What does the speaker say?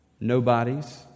nobodies